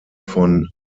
von